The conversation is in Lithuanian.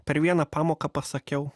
per vieną pamoką pasakiau